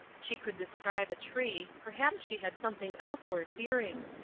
she could describe a tree, perhaps she had something else worth hearing.